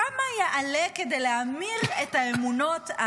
כמה יעלה להמיר את האמונות,